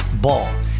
Ball